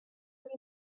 and